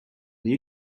will